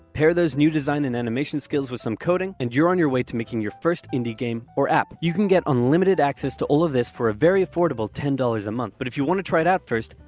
pair those new design and animation skills with some coding, and you're on your way to creating your first indie game or app. you can get unlimited access to all of this for a very affordable ten dollars a month, but if you want to try it out first,